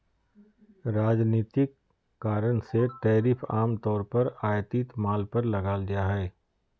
राजनीतिक कारण से टैरिफ आम तौर पर आयातित माल पर लगाल जा हइ